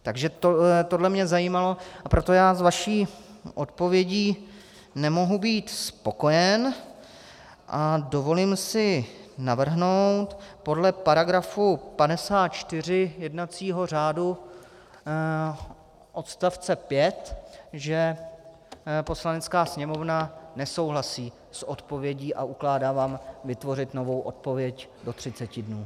Takže tohle mě zajímalo, a proto já s vaší odpovědí nemohu být spokojen a dovolím si navrhnout podle § 54 jednacího řádu odst. 5, že Poslanecká sněmovna nesouhlasí s odpovědí a ukládá vám vytvořit novou odpověď do 30 dnů.